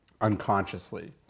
unconsciously